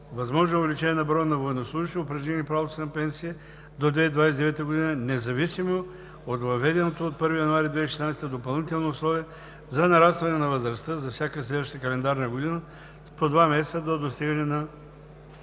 Възможно е увеличение на броя на военнослужещите, упражнили правото си на пенсия до 2029 г., независимо от въведеното от 1 януари 2016 г. допълнително условие за нарастване на възрастта за всяка следваща календарна година с по 2 месеца до достигане на